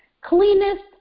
cleanest